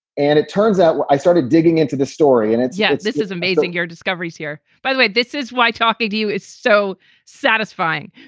and it turns out i started digging into this story and it's yeah, it's this is amazing your discoveries here, by the way this is why talking to you is so satisfying.